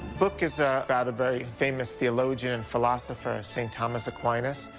book is about a very famous theologian and philosopher, st. thomas aquinas.